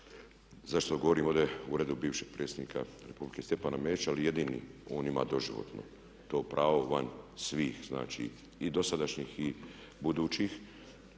zašto govorim ovdje o uredu bivšeg predsjednika Republike Stjepana Mesića, jer jedini on ima doživotno to pravo van svih znači i dosadašnjih i budućih